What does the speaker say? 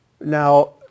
now